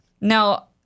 now